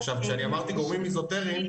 עכשיו כשאני אמרתי גורמים אזוטריים,